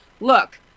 look